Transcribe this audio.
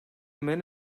men